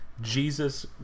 Jesus